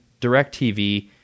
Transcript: DirecTV